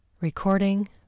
Recording